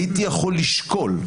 הייתי יכול לשקול,